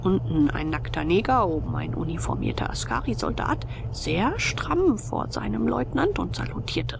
unten ein nackter nigger oben ein uniformierter askarisoldat sehr stramm vor seinem leutnant und salutierte